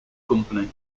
company